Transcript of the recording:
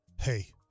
hey